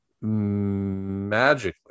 magically